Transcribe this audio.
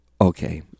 Okay